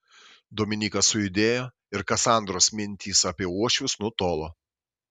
dominykas sujudėjo ir kasandros mintys apie uošvius nutolo